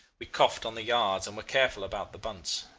we coughed on the yards, and were careful about the bunts.